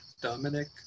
Dominic